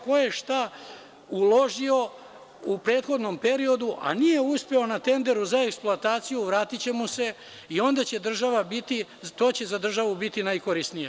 Ko je šta uložio u prethodnom periodu, a nije uspeo na tenderu za eksploataciju, vratiće mu se i to će za državu biti najkorisnije.